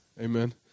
Amen